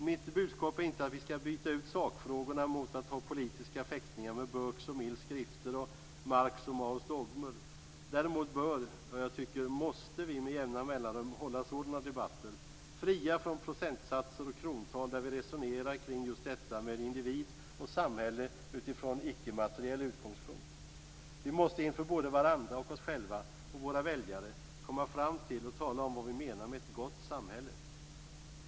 Mitt budskap är inte att vi skall byta ut sakfrågorna mot att ha politiska fäktningar med Burkes och Mills skrifter och Marx och Maos dogmer. Däremot bör - ja, jag tycker vi måste - med jämna mellanrum hålla debatter fria från procentsatser och krontal där vi resonerar kring just detta med individ och samhälle utifrån icke-materiell utgångspunkt. Vi måste inför varandra, oss själva och våra väljare, komma fram till och tala om vad vi menar med ett gott samhälle.